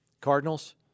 Cardinals